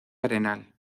arenal